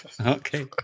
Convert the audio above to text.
Okay